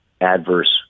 adverse